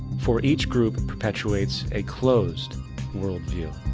for each group perpetuates a closed world view.